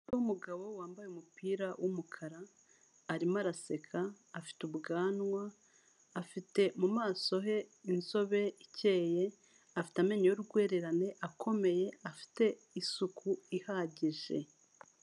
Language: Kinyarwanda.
Umugabo wambaye umupira w'umukara arimo araseka afite ubwanwa, afite mu maso he inzobe ikeye, afite amenyo y'urwererane akomeye, afite isuku ihagije.